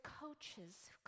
coaches